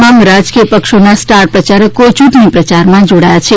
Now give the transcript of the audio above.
તમામ રાજકીય પક્ષોના સ્ટાર પ્રચારકો યૂંટણી પ્રચારમાં જોડાયા છે